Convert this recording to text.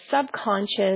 subconscious